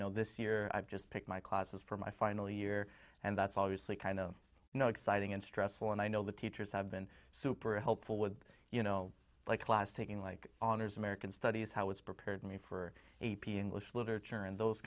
know this year i've just picked my classes for my final year and that's obviously kind of you know exciting and stressful and i know the teachers have been super helpful with you know like last thing like honors american studies how it's prepared me for a p english literature and those